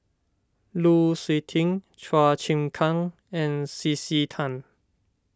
Lu Suitin Chua Chim Kang and C C Tan